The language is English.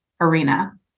arena